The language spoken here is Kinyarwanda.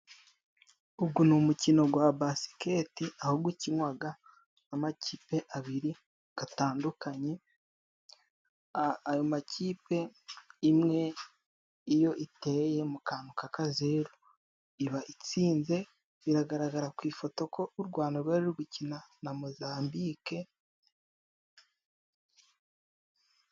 Ugo ni umukino gwa basiketi aho gukinwaga n'amakipe abiri gatandukanye. Ayo makipe imwe iyo iteye mu kantu kakazeru iba itsinze. Biragaragara ku ifoto ko u Rwanda rwari ruri gukina na mozambike.